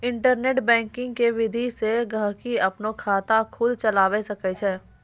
internet banking के विधि से गहकि अपनो खाता खुद चलावै सकै छै